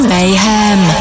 Mayhem